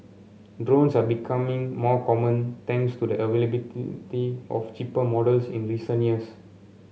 drones are becoming more common thanks to the of cheaper models in recent years